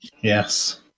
Yes